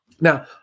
Now